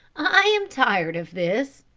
i am tired of this,